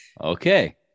Okay